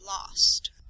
lost